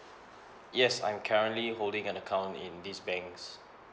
yes I'm currently holding an account in these banks